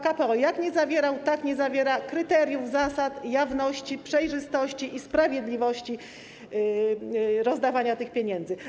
KPO jak nie zawierał, tak nie zawiera kryteriów zasad jawności, przejrzystości i sprawiedliwości rozdawania pieniędzy.